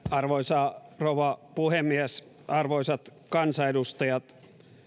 arvoisa rouva puhemies arvoisat kansanedustajat